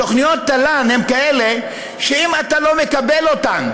תוכניות תל"ן הן כאלה שאם אתה לא מקבל אותן,